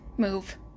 move